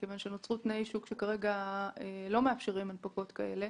כיוון שנוצרו תנאי שוק שלא מאפשרים הנפקות כאלו.